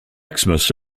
xmas